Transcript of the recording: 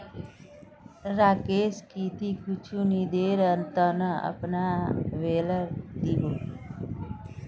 राकेश की ती कुछू दिनेर त न अपनार बेलर दी बो